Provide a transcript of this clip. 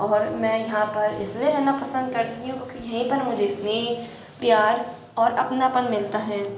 और मैं यहाँ पर इसलिए रहना पसंद करती हूँ क्योंकि यहीं पर मुझे स्नेह प्यार और अपनापन मिलता है